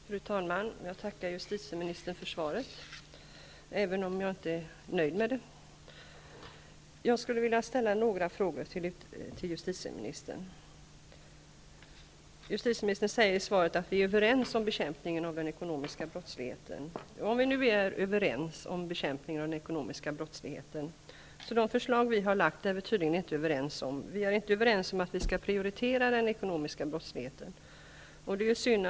Fru talman! Jag tackar justitieministern för svaret, även om jag inte är nöjd med det. Justitieministern säger i svaret att vi är överens om bekämpningen av den ekonomiska brottsligheten. Men vi är tydligen inte överens om de förslag som vi har lagt fram, t.ex. om att prioritera den ekonomiska brottsligheten. Det är synd.